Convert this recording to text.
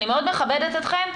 אני מאוד מכבדת אתכם,